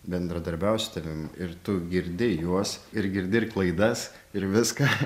bendradarbiauja su tavim ir tu girdi juos ir girdi ir klaidas ir viską